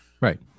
Right